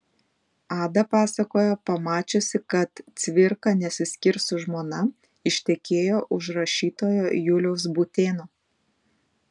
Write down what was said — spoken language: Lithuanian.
ada pasakojo pamačiusi kad cvirka nesiskirs su žmona ištekėjo už rašytojo juliaus būtėno